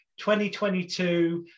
2022